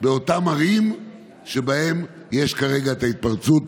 באותן ערים שבהן יש כרגע את ההתפרצות?